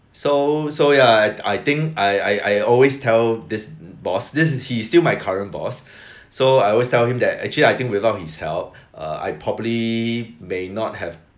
so so ya I I think I I I always tell this boss this he is still my current boss so I always tell him that actually I think without his help uh I probably may not have